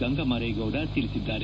ಗಂಗಮಾರೇಗೌಡ ತಿಳಿಸಿದ್ದಾರೆ